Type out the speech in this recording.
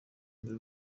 mbere